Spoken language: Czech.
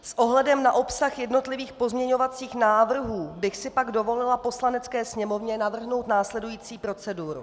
S ohledem na obsah jednotlivých pozměňovacích návrhů bych si pak dovolila Poslanecké sněmovně navrhnout následující proceduru.